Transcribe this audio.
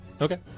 Okay